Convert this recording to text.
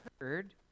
heard